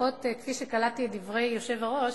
לפחות כפי שקלטתי את דברי היושב-ראש,